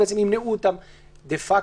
ימנעו אותם דה-פקטו.